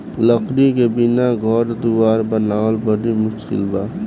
लकड़ी के बिना घर दुवार बनावल बड़ी मुस्किल बा